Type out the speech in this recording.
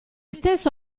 stesso